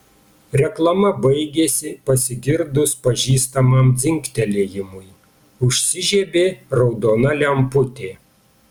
reklama baigėsi pasigirdus pažįstamam dzingtelėjimui užsižiebė raudona lemputė